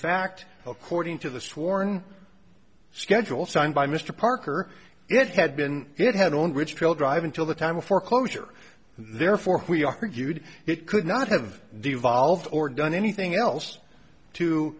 fact according to the sworn schedule signed by mr parker it had been it had on ridgeville drive until the time of foreclosure therefore we argued it could not have devolved or done anything else to